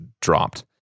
dropped